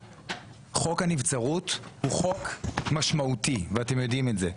חוק הנבצרות הוא חוק משמעותי ואתם יודעים את זה.